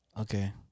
Okay